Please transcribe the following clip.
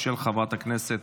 של חברת הכנסת